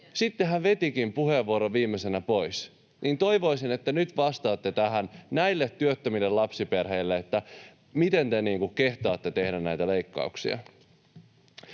sitten hän vetikin puheenvuoron viimeisenä pois. Toivoisin, että nyt vastaatte tähän, näille työttömille lapsiperheille, miten te kehtaatte tehdä näitä leikkauksia.